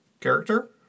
character